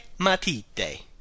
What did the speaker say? matite